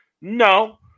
No